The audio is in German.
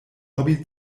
hobby